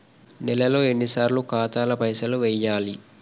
నెలలో ఎన్నిసార్లు ఖాతాల పైసలు వెయ్యాలి?